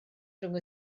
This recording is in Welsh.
rhwng